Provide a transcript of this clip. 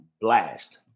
blast